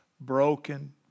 broken